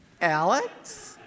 Alex